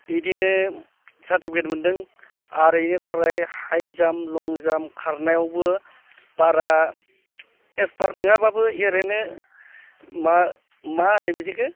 इदिनो सार्टिफिकेट मोन्दों आरो इनिफ्राय हाइ जाम्प लं जाम्प खारनायावबो बारा एक्सपार्ट नङाब्लाबो ओरैनो मा मा होनो बिदिखो